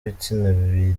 ibitsina